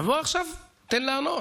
עכשיו תן לענות.